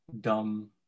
dumb